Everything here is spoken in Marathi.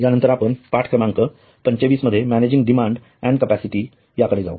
यानंतर आपण पाठ क्रमांक २५ मॅनेजींग डिमांड अँड कॅपॅसिटी कडे जाऊ